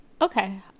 Okay